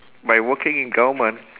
by working in government